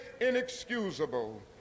inexcusable